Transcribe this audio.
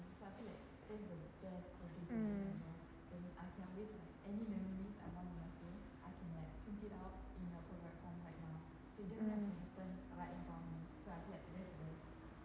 mm mm